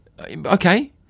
okay